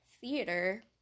theater